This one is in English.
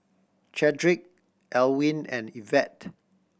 Chadrick Elwyn and Ivette